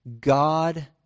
God